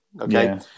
Okay